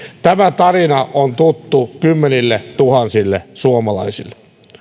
tämä tarina on tuttu kymmenilletuhansille suomalaisille